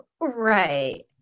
right